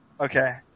Okay